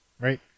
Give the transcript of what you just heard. Right